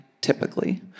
typically